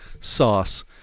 sauce